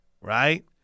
Right